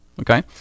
Okay